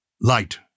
Light